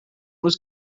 was